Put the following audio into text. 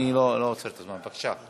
אני לא עוצר את הזמן, בבקשה.